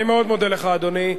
אני מאוד מודה לך, אדוני.